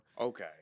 Okay